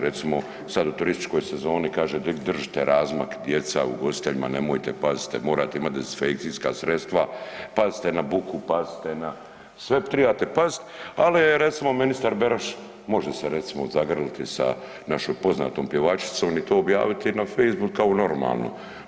Recimo, sad u turističkoj sezoni kaže de držite razmak, djeca, ugostiteljima, nemojte, pazite, morate imati dezinfekcijska sredstva, pazite na buku, pazite na, sve tribate pazit, al je recimo ministar Beroš, može se recimo zagrliti sa našom poznatom pjevačicom i to objaviti na facebooku kao normalno.